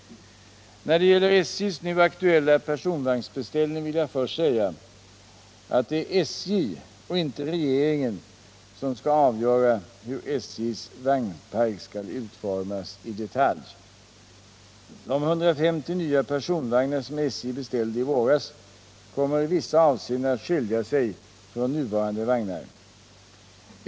När det gäller SJ:s nu aktuella personvagnsbeställning vill jag först säga att det är SJ och inte regeringen som skall avgöra hur SJ:s vagnpark skall utformas i detalj. De 150 nya personvagnar som SJ beställde i våras kommer i vissa avseenden att skilja sig från nuvarande vagnar.